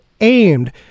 aimed